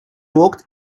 walked